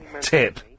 tip